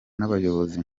n’abayobozi